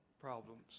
problems